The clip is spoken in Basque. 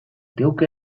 geuk